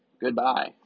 goodbye